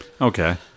okay